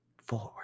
forward